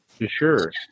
sure